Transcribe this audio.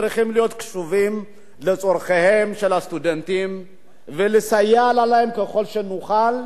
צריכים להיות קשובים לצורכיהם של הסטודנטים ולסייע להם ככל שנוכל,